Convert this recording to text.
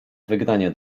wygnanie